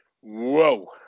whoa